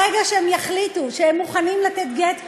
ברגע שהם יחליטו שהם מוכנים לתת גט לבנות-זוגם,